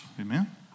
Amen